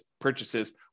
purchases